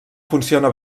funcionà